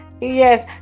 Yes